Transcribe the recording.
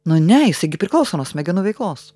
nu ne jisai gi priklauso nuo smegenų veiklos